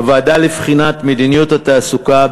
הוועדה לבחינת מדיניות התעסוקה,